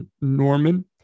Norman